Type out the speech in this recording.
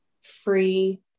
free